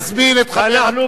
אני מזמין את חברת,